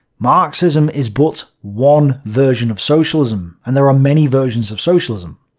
marxism is but one version of socialism, and there are many versions of socialism.